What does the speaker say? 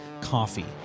coffee